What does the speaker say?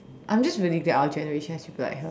I'm just really glad our generation should be like her